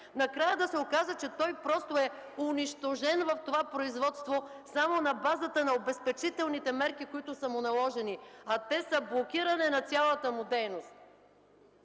накрая да се окаже, че той просто е унищожен в това производство само на базата на обезпечителните мерки, които са му наложени, а те са блокиране на цялата му дейност!